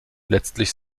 letztlich